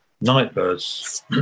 Nightbirds